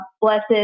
blessed